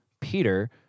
Peter